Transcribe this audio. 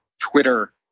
twitter